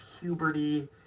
puberty